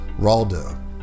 Raldo